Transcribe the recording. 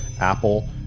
Apple